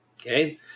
Okay